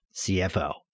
CFO